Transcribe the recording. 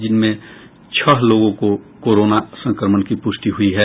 इनमें छह लोगों में कोरोना संक्रमण की पुष्टि हुई है